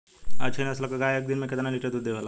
अच्छी नस्ल क गाय एक दिन में केतना लीटर दूध देवे ला?